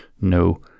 no